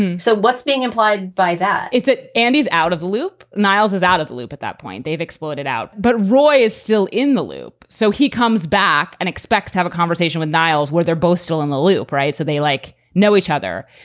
and so what's being implied by that is that and he's out of the loop niles is out of the loop. at that point. they've exploded out. but roy is still in the loop. so he comes back and expects to have a conversation with niles where they're both still in the loop. right. so they, like, know each other.